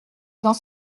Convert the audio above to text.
dans